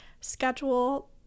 schedule